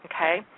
Okay